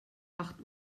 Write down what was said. acht